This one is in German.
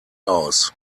aus